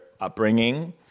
upbringing